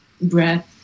breath